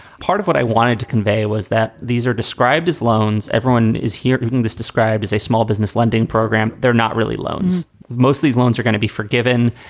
part of what i wanted to convey was that these are described as loans. everyone is here in this, described as a small business lending program. they're not really loans. most these loans are going to be forgiven.